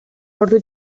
ordu